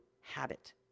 habit